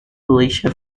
militia